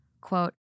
quote